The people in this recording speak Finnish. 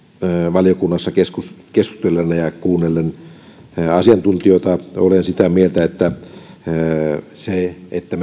valiokunnassa keskustelleena ja asiantuntijoita kuunnelleena olen sitä mieltä että se että